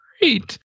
great